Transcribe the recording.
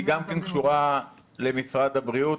היא גם קשורה למשרד הבריאות,